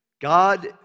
God